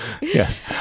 yes